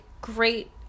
great